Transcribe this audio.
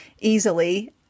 easily